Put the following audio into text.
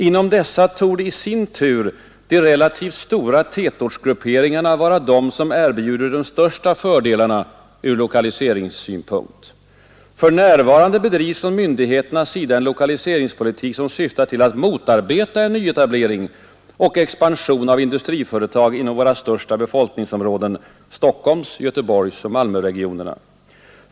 Inom dessa torde i sin tur de relativt stora tätortsgrupperingarna vara de som erbjuder de största fördelarna ur lokaliseringssynpunkt. För närvarande bedrivs från myndigheternas sida en lokaliseringspolitik, som syftar till att motarbeta en nyetablering och expansion av industriföretag inom våra största befolkningsområden, Stockholms-, Göteborgsoch Malmöregionerna.